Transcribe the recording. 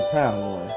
power